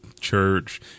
church